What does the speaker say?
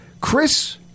Chris